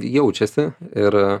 jaučiasi ir